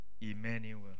Emmanuel